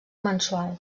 mensual